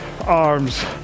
Arms